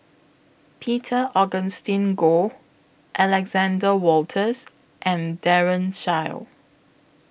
Peter Augustine Goh Alexander Wolters and Daren Shiau